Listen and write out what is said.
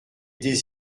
des